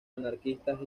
anarquistas